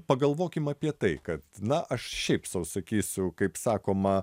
pagalvokim apie tai kad na aš šiaip sau sakysiu kaip sakoma